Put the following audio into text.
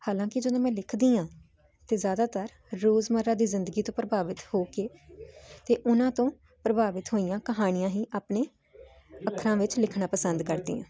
ਹਾਲਾਂਕਿ ਜਦੋਂ ਮੈਂ ਲਿਖਦੀ ਆਂ ਤੇ ਜਿਆਦਾਤਰ ਰੋਜ਼ਮਰਾ ਦੀ ਜ਼ਿੰਦਗੀ ਤੋਂ ਪ੍ਰਭਾਵਿਤ ਹੋ ਕੇ ਤੇ ਉਹਨਾਂ ਤੋਂ ਪ੍ਰਭਾਵਿਤ ਹੋਈਆਂ ਕਹਾਣੀਆਂ ਹੀ ਆਪਣੇ ਅੱਖਰਾਂ ਵਿੱਚ ਲਿਖਣਾ ਪਸੰਦ ਕਰਦੀ ਆਂ